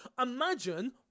imagine